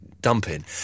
Dumping